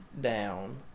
down